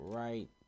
right